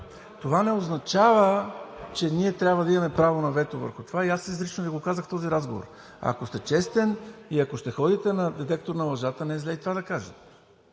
Това не означава, че ние трябва да имаме право на вето върху това и, аз изрично Ви го казах в този разговор. Ако сте честен и, ако ще ходите на детектор на лъжата, не е зле и това да кажете,